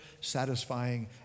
satisfying